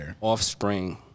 offspring